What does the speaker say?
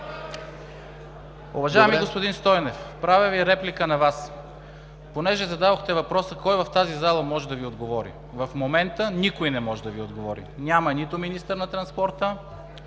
Уважаеми господин Стойнев, правя реплика на Вас, понеже зададохте въпроса: кой в тази зала може да Ви отговори. В момента никой не може да Ви отговори. Няма нито министър на транспорта,